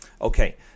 Okay